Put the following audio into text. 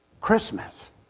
Christmas